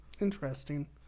Interesting